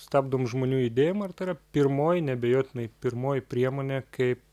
stabdom žmonių judėjimą ir tai yra pirmoji neabejotinai pirmoji priemonė kaip